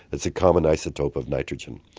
that's a common isotope of nitrogen.